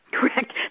Correct